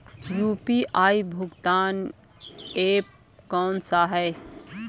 UPI भुगतान app कौन सा है?